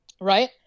right